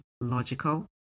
logical